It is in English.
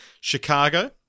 chicago